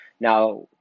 Now